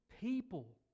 people